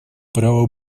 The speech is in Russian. право